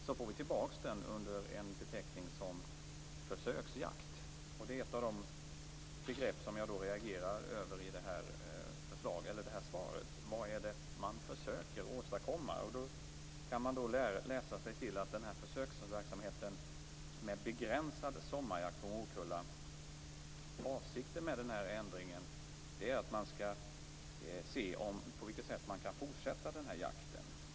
Nu får vi tillbaka den under beteckningen försökjakt. Det är ett av de begrepp som jag reagerar över i interpellationssvaret. Vad är det då man försöker att åstadkomma? Man kan läsa sig till att avsikten med ändringen i försöksverksamheten med begränsad sommarjakt på morkulla är att man skall se på vilket sätt man kan fortsätta jakten.